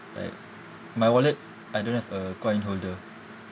like my wallet I don't have a coin holder